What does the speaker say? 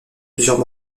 plusieurs